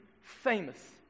famous